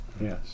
Yes